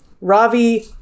Ravi